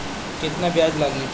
केतना ब्याज लागी?